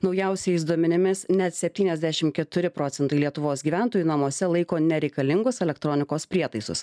naujausiais duomenimis net septyniasdešimt keturi procentai lietuvos gyventojų namuose laiko nereikalingus elektronikos prietaisus